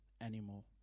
anymore